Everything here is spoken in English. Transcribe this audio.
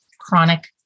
chronic